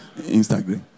Instagram